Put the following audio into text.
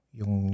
yung